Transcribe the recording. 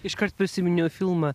iškart prisiminiau filmą